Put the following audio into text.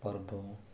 ପର୍ବ